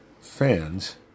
fans